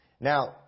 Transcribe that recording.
now